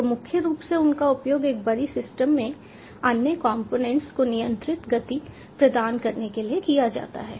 तो मुख्य रूप से उनका उपयोग एक बड़ी सिस्टम में अन्य कंपोनेंट्स को नियंत्रित गति प्रदान करने के लिए किया जाता है